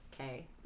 Okay